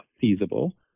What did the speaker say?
feasible